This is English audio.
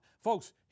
Folks